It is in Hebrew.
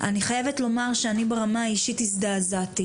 אני חייבת לומר שאני ברמה האישית הזדעזעתי.